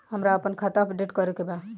हमरा आपन खाता अपडेट करे के बा